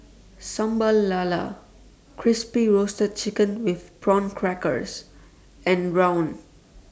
Sambal Lala Crispy Roasted Chicken with Prawn Crackers and Rawon